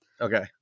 okay